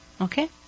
Okay